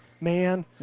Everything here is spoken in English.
man